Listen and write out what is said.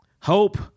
Hope